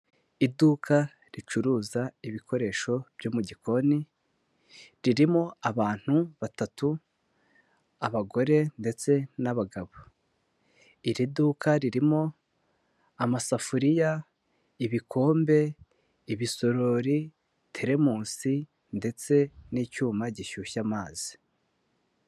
Iduka ricuruza ibikoresho byo mu gikoni, ririmo abantu batatu abagore ndetse n'abagabo, iri duka ririmo amasafuriya, ibikombe, ibisorori, teremusi ndetse n'icyuma gishyushya amazi.